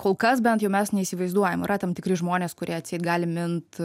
kol kas bent jau mes neįsivaizduojam yra tam tikri žmonės kurie atseit gali mint